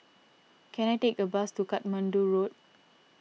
can I take a bus to Katmandu Road